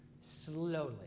slowly